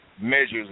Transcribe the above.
measures